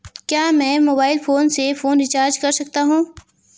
क्या मैं mobile phone से फोन रिचार्ज कर सकता हूं?